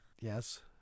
Yes